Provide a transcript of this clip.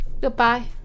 goodbye